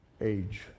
age